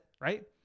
right